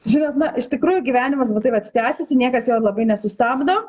žinot na iš tikrųjų gyvenimas va taip vat tęsiasi niekas jo labai nesustabdo